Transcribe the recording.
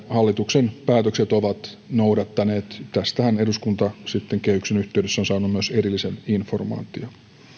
hallituksen päätökset ovat noudattaneet tästähän eduskunta sitten kehyksen yhteydessä on saanut myös erillisen informaation